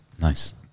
Nice